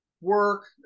work